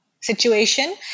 situation